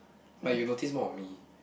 but you notice more on me